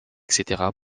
etc